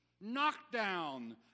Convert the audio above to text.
knockdown